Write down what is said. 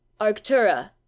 Arctura